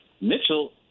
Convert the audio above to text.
Mitchell